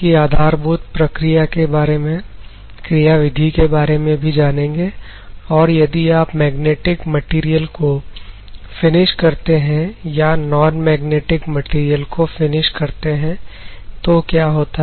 उसकी आधारभूत प्रक्रिया के बारे में क्रिया विधि के बारे में भी जानेंगे और यदि आप मैग्नेटिक मैटेरियल को फिनिश करते हैं या नॉन मैग्नेटिक मैटेरियल को फिनिश करते हैं तो क्या होता है